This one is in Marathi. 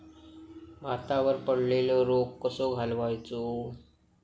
भातावर पडलेलो रोग कसो घालवायचो?